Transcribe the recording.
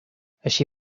així